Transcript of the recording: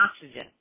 Oxygen